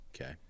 Okay